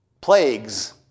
Plagues